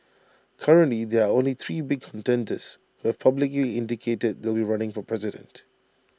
currently there are only three big contenders who've publicly indicated that they'll be running for president